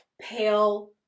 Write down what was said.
pale